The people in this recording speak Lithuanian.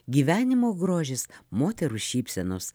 gyvenimo grožis moterų šypsenos